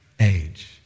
age